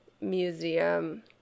museum